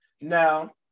Now